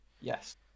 yes